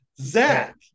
Zach